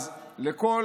אז לכל